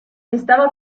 estaba